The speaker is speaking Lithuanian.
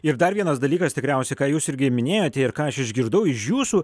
ir dar vienas dalykas tikriausiai ką jūs irgi minėjote ir ką aš išgirdau iš jūsų